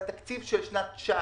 התקציב של שנת 2019,